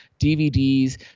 dvds